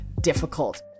difficult